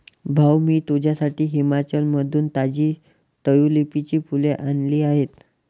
भाऊ, मी तुझ्यासाठी हिमाचलमधून ताजी ट्यूलिपची फुले आणली आहेत